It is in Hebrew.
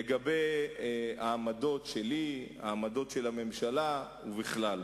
לגבי העמדות שלי, העמדות של הממשלה ובכלל.